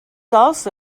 also